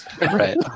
Right